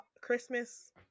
Christmas